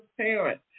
parent